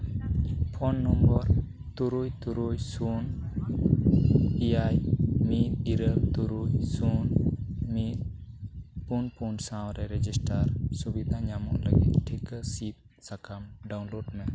phone number ᱛᱩᱨᱩᱭ ᱛᱩᱨᱩᱭ ᱥᱩᱱ ᱮᱭᱟᱭ ᱢᱤᱫ ᱤᱨᱟᱹᱞ ᱛᱩᱨᱩᱭ ᱥᱩᱱ ᱢᱤᱫ ᱯᱩᱱ ᱯᱩᱱ ᱥᱟᱶ ᱨᱮ ᱨᱮᱡᱤᱥᱴᱟᱨ ᱥᱩᱵᱤᱫᱟ ᱧᱟᱢᱚᱜ ᱞᱟᱹᱜᱤᱫ ᱴᱤᱠᱟᱹ ᱥᱤᱫᱽ ᱥᱟᱠᱟᱢ ᱰᱟᱣᱩᱱᱞᱳᱰ ᱢᱮ